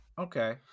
Okay